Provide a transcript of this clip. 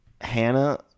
Hannah